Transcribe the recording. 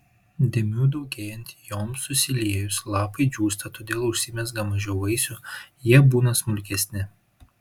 dėmių daugėjant joms susiliejus lapai džiūsta todėl užsimezga mažiau vaisių jie būna smulkesni